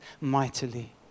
mightily